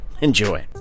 Enjoy